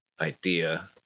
idea